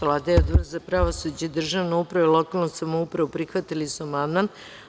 Vlada i Odbor za pravosuđe, državnu upravu i lokalnu samoupravu prihvatili su amandman.